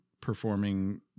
performing